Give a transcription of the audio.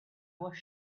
was